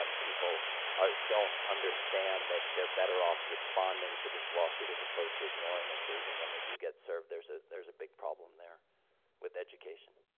um people are don't understand that they're better off responding to this lawsuit as opposed to ignoring it. so, even when they do get served, there's a there's a big problem there with education.